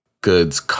Goods